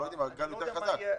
גל יותר חזק.